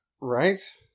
Right